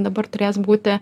dabar turės būti